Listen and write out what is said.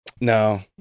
No